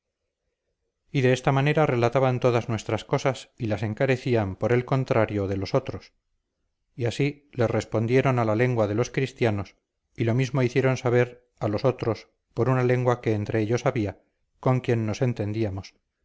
y de esta manera relataban todas nuestras cosas y las encarecían por el contrario de los otros y así les respondieron a la lengua de los cristianos y lo mismo hicieron saber a los otros por una lengua que entre ellos había con quien nos entendíamos